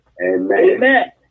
Amen